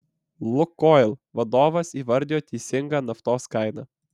lukoil vadovas įvardijo teisingą naftos kainą